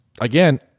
again